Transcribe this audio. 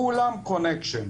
כולן קונקשן,